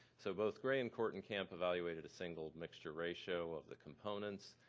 so both gray and kortenkamp evaluated a single mixture ratio of the components.